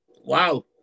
Wow